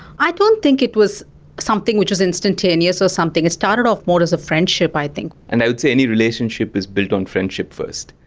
i don't think it was something which was instantaneous or something, it started off more as a friendship i think. and i would say any relationship is built on friendship first.